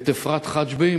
את אפרת חג'בי,